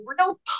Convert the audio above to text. real